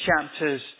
chapters